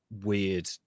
weird